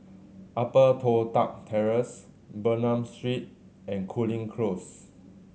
Upper Toh Tuck Terrace Bernam Street and Cooling Close